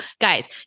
guys